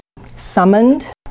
summoned